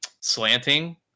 slanting